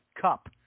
Cup